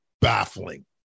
baffling